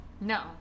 No